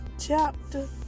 chapter